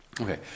Okay